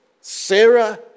Sarah